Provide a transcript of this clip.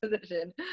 position